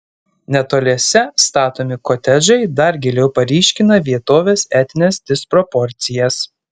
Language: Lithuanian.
netoliese statomi kotedžai dar giliau paryškina vietovės etines disproporcijas